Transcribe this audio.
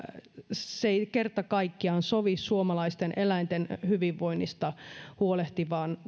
se ei kerta kaikkiaan sovi suomalaisten eläinten hyvinvoinnista huolehtivaan